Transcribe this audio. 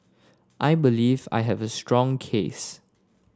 I believe I have a strong case